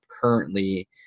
currently